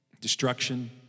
destruction